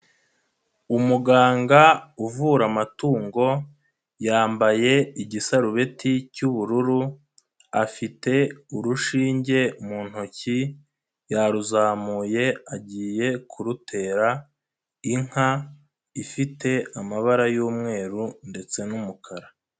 Umuganga uvura amatungo, yambaye igisarubeti cy'ubururu, afite urushinge mu ntoki, yaruzamuye agiye kurutera inka, ifite amabara y'umweru ndetse n'umukara.